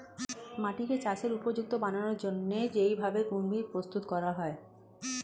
মাটিকে চাষের উপযুক্ত বানানোর জন্যে যেই ভাবে ভূমি প্রস্তুত করা হয়